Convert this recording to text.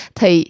Thì